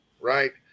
right